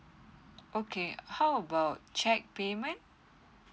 okay how about cheque payment